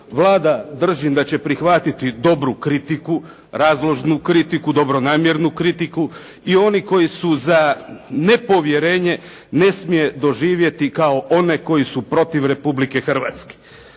Vlada držim da će prihvatiti dobru kritiku, razložnu kritiku, dobronamjernu kritiku i one koji su za nepovjerenje ne smije doživjeti kao one koji su protiv Republike Hrvatske.